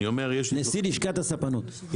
נשיא לשכת הספנות.